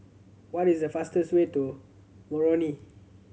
what is the fastest way to Moroni